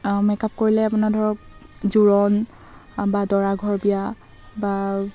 makeup কৰিলে আপোনাৰ ধৰক জোৰণ বা দৰা ঘৰ বিয়া বা